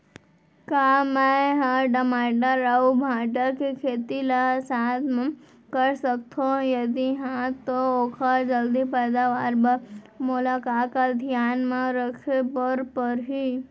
का मै ह टमाटर अऊ भांटा के खेती ला साथ मा कर सकथो, यदि कहाँ तो ओखर जलदी पैदावार बर मोला का का धियान मा रखे बर परही?